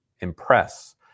impress